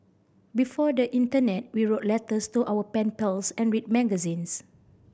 before the internet we wrote letters to our pen pals and read magazines